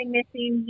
missing